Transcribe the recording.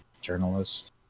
journalist